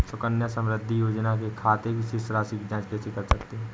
सुकन्या समृद्धि योजना के खाते की शेष राशि की जाँच कैसे कर सकते हैं?